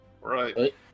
right